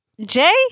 Jay